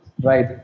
Right